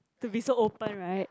to be so open right